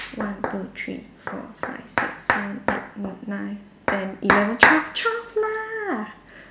one two three four five six seven eight n~ nine ten eleven twelve twelve lah